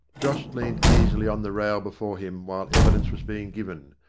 josh leaned easily on the rail before him while evidence was being given,